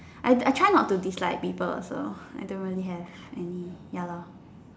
I I try not to dislike people so I don't really have any ya lah